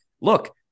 look